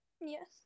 Yes